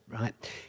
right